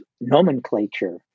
nomenclature